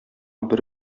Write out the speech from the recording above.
бер